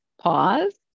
pause